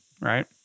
right